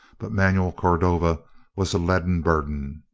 but manuel cordova was a leaden burden.